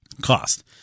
cost